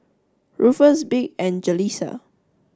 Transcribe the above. Ruffus Vic and Jaleesa